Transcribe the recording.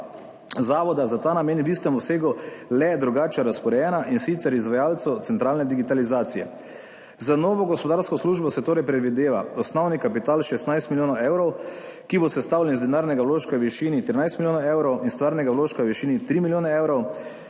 zavoda za ta namen v istem obsegu, le drugače razporejena, in sicer izvajalcu centralne digitalizacije. Z novo gospodarsko službo se torej predvideva osnovni kapital 16 milijonov evrov, ki bo sestavljen iz denarnega vložka v višini 13 milijonov evrov in stvarnega vložka v višini 3 milijone evrov,